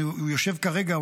הוא יושב כרגע,